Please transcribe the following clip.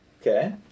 Okay